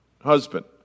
husband